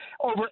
over